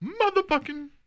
motherfucking